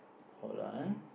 hold on ah